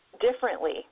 differently